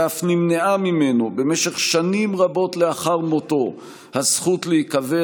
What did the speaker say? אף נמנעה ממנו במשך שנים רבות לאחר מותו הזכות להיקבר